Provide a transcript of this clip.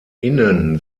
innen